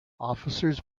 officers